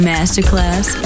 Masterclass